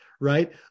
right